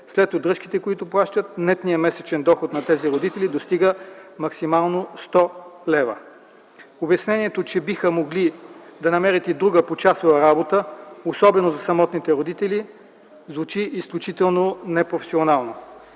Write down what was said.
След удръжките, които плащат, нетният месечен доход на тези родители достига максимално 100 лв. Обяснението, че биха могли да намерят и друга почасова работа, особено за самотните родители звучи изключително непрофесионално.